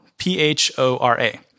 P-H-O-R-A